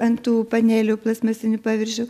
ant tų panelių plastmasinių paviršių